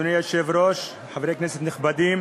אדוני היושב-ראש, חברי כנסת נכבדים,